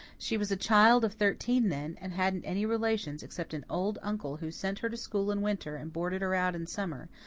she was a child of thirteen then, and hadn't any relations except an old uncle who sent her to school in winter and boarded her out in summer,